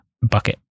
bucket